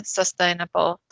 sustainable